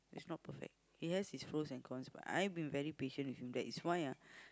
he's not perfect he has his pros and cons but I've been very patient with him that is why ah